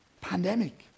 pandemic